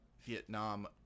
vietnam